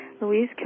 Louise